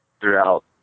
throughout